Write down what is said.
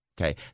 Okay